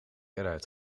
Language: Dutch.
eruit